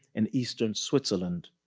in eastern switzerland.